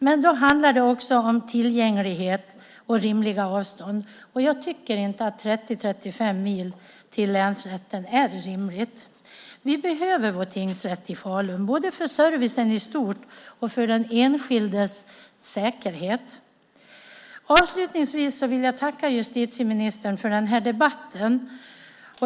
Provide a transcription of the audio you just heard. Men det handlar också om tillgänglighet och rimliga avstånd, och jag tycker inte att 30-35 mil till en länsrätt är rimligt. Vi behöver vår tingsrätt i Falun både för servicen i stort och för den enskildes säkerhet. Avslutningsvis vill jag tacka justitieministern för den här debatten.